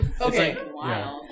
okay